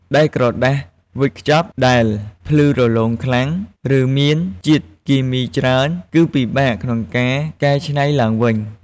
ដែលក្រដាសវេចខ្ចប់ដែលភ្លឺរលោងខ្លាំង ឬមានជាតិគីមីច្រើន គឺពិបាកក្នុងការកែច្នៃឡើងវិញ។